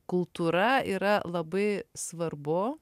kultūra yra labai svarbu